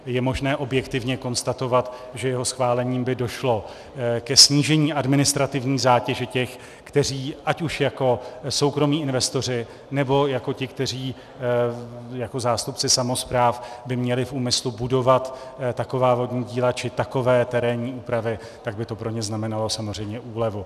Je možné objektivně konstatovat, že jeho schválením by došlo ke snížení administrativní zátěže těch, kteří, ať už jako soukromí investoři, nebo jako ti, kteří jako zástupci samospráv by měli v úmyslu budovat taková vodní díla či takové terénní úpravy, tak by to pro ně znamenalo samozřejmě úlevu.